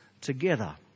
together